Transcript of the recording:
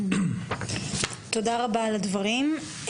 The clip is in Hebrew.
תודה רבה על הדברים.